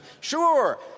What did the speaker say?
Sure